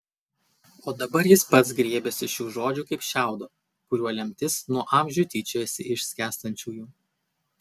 o dabar jis pats griebėsi šių žodžių kaip šiaudo kuriuo lemtis nuo amžių tyčiojasi iš skęstančiųjų